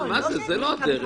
מה זה, זאת לא הדרך.